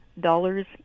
dollars